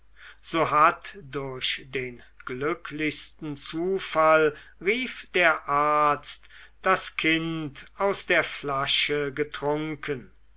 so hat durch den glücklichsten zufall rief der arzt das kind aus der flasche getrunken